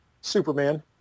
Superman